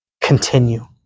Continue